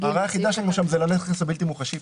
ההערה היחידה שיש לנו שם זה לנכס הבלתי מוחשי.